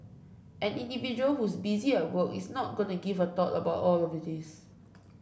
an individual who's busy at work is not going to give a thought about all of this